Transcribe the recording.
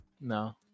No